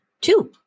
two